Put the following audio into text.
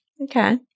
Okay